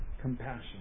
compassion